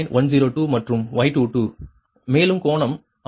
102 மற்றும் Y22 மேலும் கோணம் 58